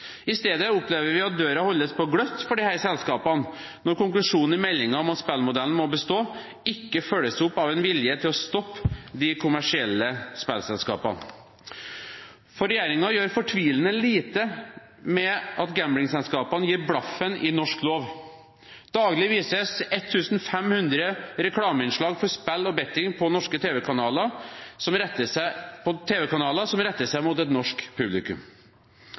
I stedet opplever vi at døren holdes på gløtt for disse selskapene, når konklusjonen i meldingen, at spillmodellen må bestå, ikke følges opp av en vilje til å stoppe de kommersielle spillselskapene. Regjeringen gjør fortvilende lite med at gamblingselskapene gir blaffen i norsk lov. Daglig vises på norske tv-kanaler 1 500 reklameinnslag for spill og betting som retter seg mot et norsk publikum. Personlige henvendelser med forlokkende tilbud rettes til kunder som prøver å skjerme seg,